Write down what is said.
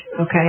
Okay